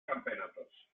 campeonatos